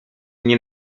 nie